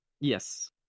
yes